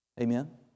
Amen